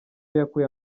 yakuye